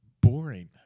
boring